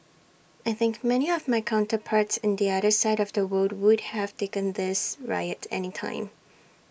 I think many of my counterparts in the other side of the world would have taken this riot any time